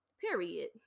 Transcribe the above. Period